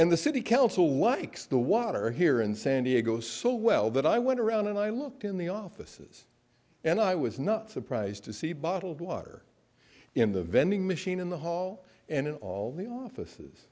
and the city council likes the water here in san diego so well that i went around and i looked in the offices and i was not surprised to see bottled water in the vending machine in the hall and in all the offices